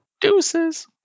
Deuces